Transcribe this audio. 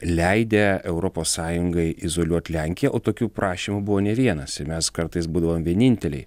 leidę europos sąjungai izoliuot lenkiją o tokių prašymų buvo ne vienas ir mes kartais būdavom vieninteliai